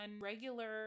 regular